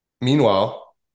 Meanwhile